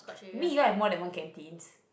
you mean you have more than one canteens